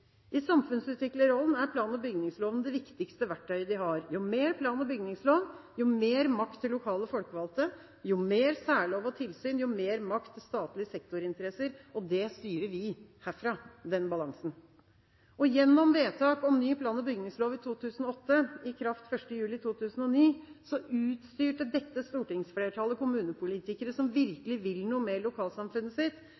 I samfunnsutviklerrollen er plan- og bygningsloven det viktigste verktøyet de har – jo mer plan- og bygningslov, jo mer makt til lokale folkevalgte, og jo mer særlov og tilsyn, jo mer makt til statlige sektorinteresser. Den balansen styrer vi herfra. Gjennom vedtak om ny plan- og bygningslov i 2008, som trådte i kraft 1. juli 2009, utstyrte dette stortingsflertallet kommunepolitikere som